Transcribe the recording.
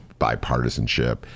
bipartisanship